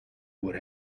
what